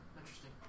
Interesting